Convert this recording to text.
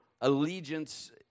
allegiance